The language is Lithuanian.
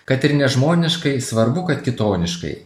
kad ir nežmoniškai svarbu kad kitoniškai